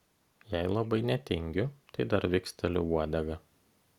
jei labai netingiu tai dar viksteliu uodega